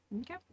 Okay